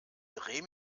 dreh